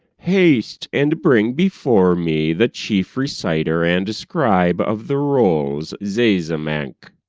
haste, and bring before me the chief reciter and scribe of the rolls zazamankh'